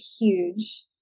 huge